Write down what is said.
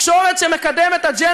חבר הכנסת שלח,